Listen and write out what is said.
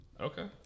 Okay